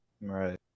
Right